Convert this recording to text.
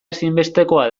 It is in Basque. ezinbestekoa